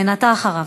כן, אתה אחריו.